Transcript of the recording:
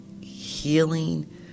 healing